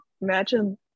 imagine